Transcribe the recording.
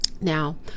Now